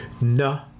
No